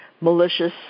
malicious